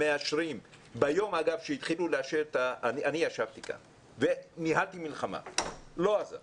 אני ישבתי כאן וניהלתי מלחמה אבל לא עזר